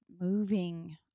moving